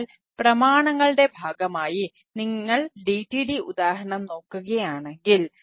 അതിനാൽ പ്രമാണങ്ങളുടെ ഭാഗമായി നിങ്ങൾ DTD ഉദാഹരണം നോക്കുകയാണെങ്കിൽ